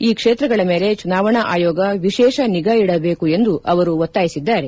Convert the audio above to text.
ಈ ಕ್ಷೇತ್ರಗಳ ಮೇಲೆ ಚುನಾವಣಾ ಆಯೋಗ ವಿಶೇಷ ನಿಗಾ ಇಡಬೇಕು ಎಂದು ಅವರು ಒತ್ತಾಯಿಸಿದ್ದಾರೆ